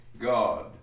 God